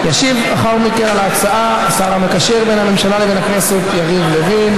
ישיב לאחר מכן על ההצעה השר המקשר בין הממשלה לבין הכנסת יריב לוין.